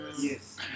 Yes